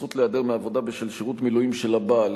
זכות להיעדר מעבודה בשל שירות מילואים של בן-זוג),